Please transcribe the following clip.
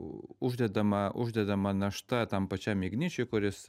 uždedama uždedama našta tam pačiam igničiui kuris